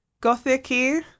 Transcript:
gothic-y